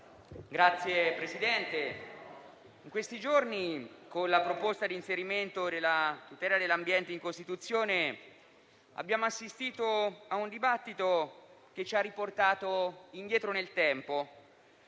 Signor Presidente, in questi giorni, con l'esame della proposta di inserimento della tutela dell'ambiente in Costituzione, abbiamo assistito a un dibattito che ci ha riportato indietro nel tempo.